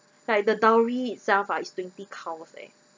like the dowry itself ah is twenty cows eh